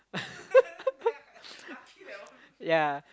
yeah